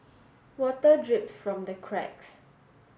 water drips from the cracks